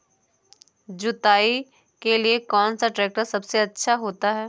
जुताई के लिए कौन सा ट्रैक्टर सबसे अच्छा होता है?